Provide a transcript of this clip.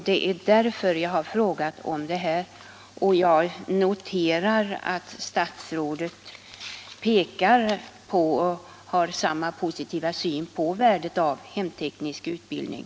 Det är därför jag har ställt min fråga, och jag noterar att statsrådet har samma positiva syn som jag på värdet av hemteknisk utbildning.